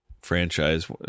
franchise